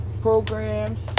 Programs